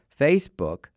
Facebook